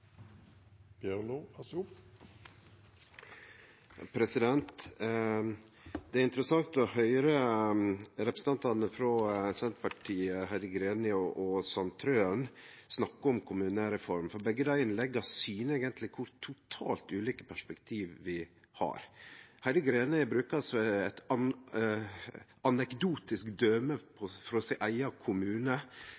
Det er interessant å høyre representantane frå Senterpartiet, Heidi Greni og Per Martin Sandtrøen, snakke om kommunereform, for begge dei innlegga syner eigentleg kor totalt ulike perspektiv vi har. Heidi Greni brukar eit anekdotisk døme frå sin eigen kommune på